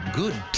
good